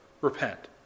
repent